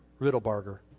Riddlebarger